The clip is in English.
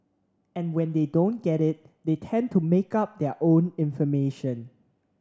and when they don't get it they tend to make up their own information